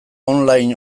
online